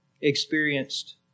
experienced